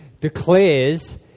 declares